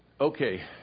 Okay